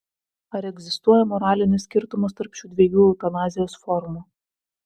ar egzistuoja moralinis skirtumas tarp šių dviejų eutanazijos formų